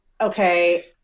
okay